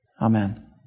amen